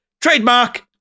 trademark